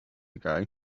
ago